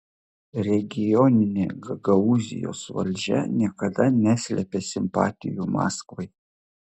regioninė gagaūzijos valdžia niekada neslėpė simpatijų maskvai